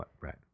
Right